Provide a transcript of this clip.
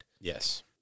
Yes